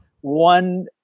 one